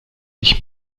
ich